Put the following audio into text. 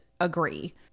agree